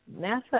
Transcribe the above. NASA